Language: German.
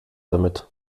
damit